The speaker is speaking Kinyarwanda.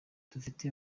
dufite